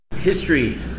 History